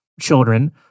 children